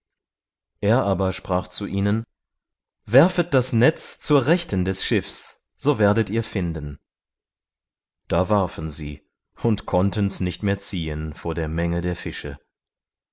er aber sprach zu ihnen werfet das netz zur rechten des schiffs so werdet ihr finden da warfen sie und konnten's nicht mehr ziehen vor der menge der fische